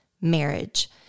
marriage